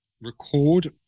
record